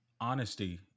honesty